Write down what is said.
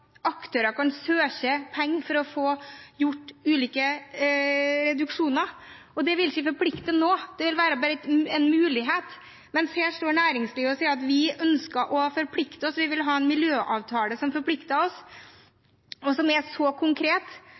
aktører kan søke om penger for å få gjort ulike reduksjoner. Det vil ikke forplikte noe, det vil bare være en mulighet. Men her står næringslivet og sier at vi ønsker å forplikte oss, vi vil ha en miljøavtale som forplikter oss, og som er så konkret